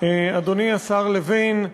אדוני השר לוין,